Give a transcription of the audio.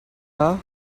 are